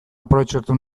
aprobetxatu